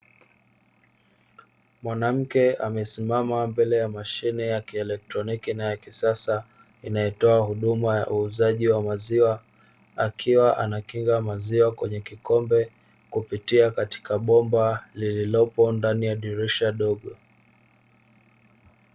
Mwanamke amesimama mbele ya mashine ya kielektroniki na ya kisasa, inayotoa huduma ya uuzaji wa maziwa akiwa anakinga maziwa kwenye kikombe kupitia katika bomba lililopo ndani ya dirisha dogo.